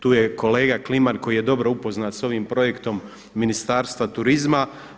Tu je kolega Kliman koji je dobro upoznat sa ovim projektom Ministarstva turizma.